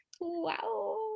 wow